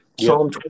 Psalm